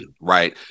right